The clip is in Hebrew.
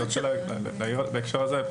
אני רוצה להעיר בהקשר הזה.